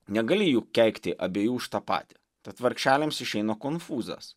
negali jų keikti abiejų už tą patį tad vargšeliams išeina konfūzas